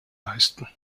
leisten